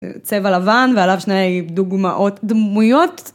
צבע לבן ועליו שני דוגמאות דמויות.